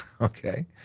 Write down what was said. Okay